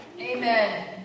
Amen